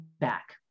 back